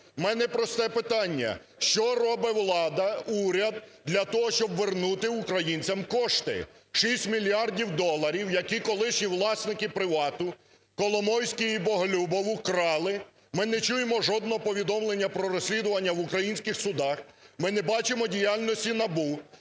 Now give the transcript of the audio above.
У мене просте питання. Що робить влада, уряд для того, щоб вернути українцям кошти, 6 мільярдів доларів, які колишні власники "Привату" Коломойський і Боголюбов украли? Ми не чуємо жодного повідомлення про розслідування в українських судах. Ми не бачимо діяльності НАБУ.